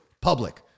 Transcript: public